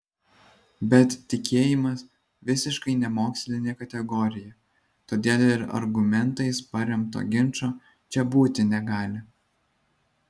bet tikėjimas visiškai nemokslinė kategorija todėl ir argumentais paremto ginčo čia būti negali